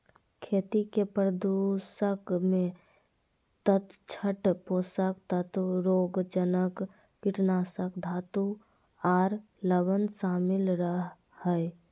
खेती के प्रदूषक मे तलछट, पोषक तत्व, रोगजनक, कीटनाशक, धातु आर लवण शामिल रह हई